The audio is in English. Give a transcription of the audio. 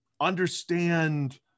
understand